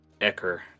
ecker